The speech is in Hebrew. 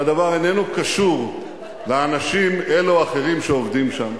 מראש שהדבר איננו קשור לאנשים אלה או אחרים שעובדים שם,